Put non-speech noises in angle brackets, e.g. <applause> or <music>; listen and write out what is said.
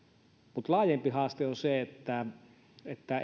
mutta laajempi haaste on se että että <unintelligible>